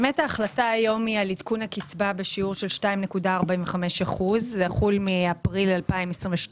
ההחלטה היום היא על עדכון הקצבה בשיעור של 2.45%. זה יחול מאפריל 2022,